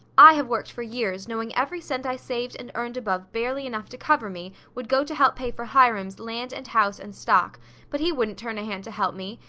i have worked for years, knowing every cent i saved and earned above barely enough to cover me, would go to help pay for hiram's land and house and stock but he wouldn't turn a hand to help me,